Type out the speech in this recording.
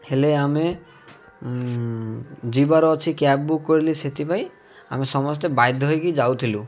ହେଲେ ଆମେ ଯିବାର ଅଛି କ୍ୟାବ୍ ବୁକ୍ କରିଲି ସେଥିପାଇଁ ଆମେ ସମସ୍ତେ ବାଧ୍ୟ ହେଇକି ଯାଉଥିଲୁ